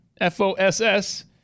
F-O-S-S